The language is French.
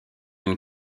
une